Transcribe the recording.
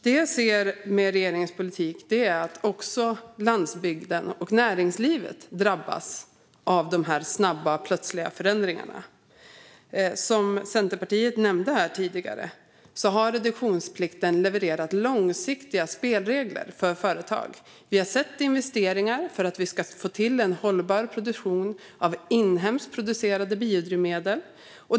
Det jag ser med regeringens politik är att även landsbygden och näringslivet drabbas av de snabba och plötsliga förändringarna. Som Centerpartiet nämnde här tidigare har reduktionsplikten levererat långsiktiga spelregler för företag. Man har gjort investeringar för att få till en hållbar produktion av inhemskt producerade biodrivmedel.